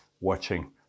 watching